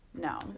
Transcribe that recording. No